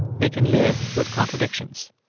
they can live with contradictions.